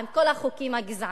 עם כל החוקים הגזעניים,